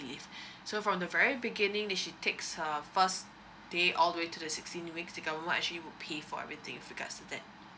leave so from the very beginning that she takes her first day all the way to the sixteen weeks the government actually will pay for everything with regards to that